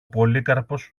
πολύκαρπος